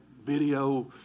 video